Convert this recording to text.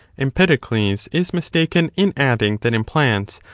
empedocles is mistaken in adding that in plants,